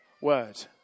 word